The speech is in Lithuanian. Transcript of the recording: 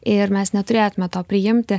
ir mes neturėtume to priimti